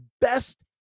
best